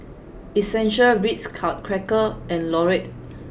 essential Ritz Crackers and Lotte